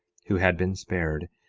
who had been spared,